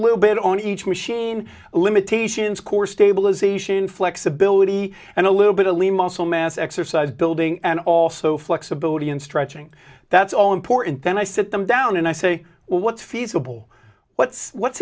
little bit on each machine limitations core stabilization flexibility and a little bit of lean muscle mass exercise building and also flexibility and stretching that's all important then i sit them down and i say well what's feasible what's what's